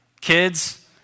Kids